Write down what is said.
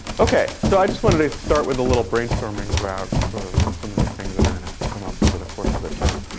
ok. so i just want to start with a little brainstorming about sort of some of the things that are gonna come up over the course of the term.